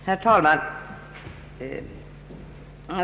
Herr talman!